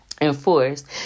enforced